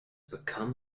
become